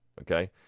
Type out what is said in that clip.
okay